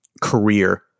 career